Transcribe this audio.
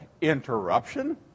interruption